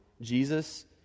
Jesus